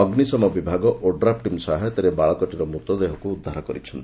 ଅଗ୍ବିଶମ ବିଭାଗ ODRAF team ସହାୟତାରେ ବାଳକଟିର ମୃତଦେହକୁ ଉଦ୍ଧାର କରିଛନ୍ତି